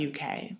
UK